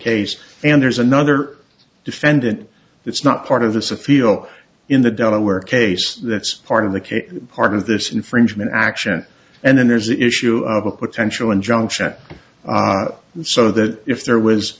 case and there's another defendant that's not part of this a feel in the delaware case that's part of the case part of this infringement action and then there's the issue of a potential injunction so that if there was